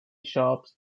bishops